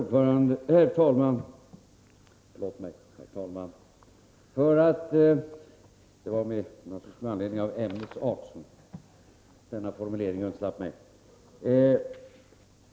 Herr talman!